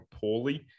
poorly